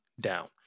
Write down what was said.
down